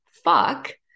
Fuck